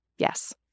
Yes